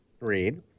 Read